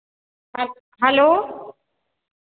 hello